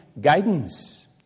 guidance